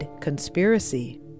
conspiracy